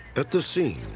at the scene,